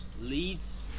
Leeds